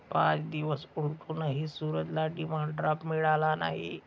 पाच दिवस उलटूनही सूरजला डिमांड ड्राफ्ट मिळाला नाही